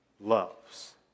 loves